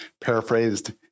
paraphrased